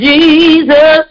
Jesus